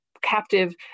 captive